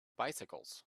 bicycles